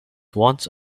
once